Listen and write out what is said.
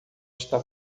está